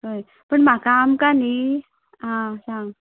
कळ्ळें पूण म्हाका आमकां न्हय आं सांग